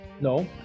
No